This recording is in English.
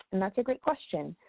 and that's a great question.